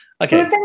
Okay